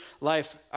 life